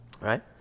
right